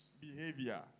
behavior